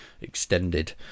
extended